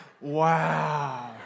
Wow